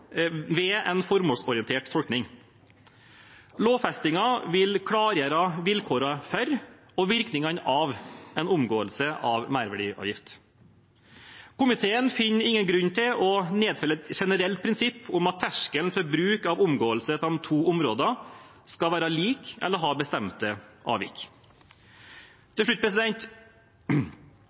ved en formålsorientert tolkning. Lovfestingen vil klargjøre vilkårene for og virkningene av en omgåelse av merverdiavgift. Komiteen finner ingen grunn til å nedfelle et generelt prinsipp om at terskelen for bruk av omgåelse på de to områdene skal være lik eller ha bestemte avvik. Til slutt: